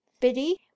biddy